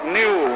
new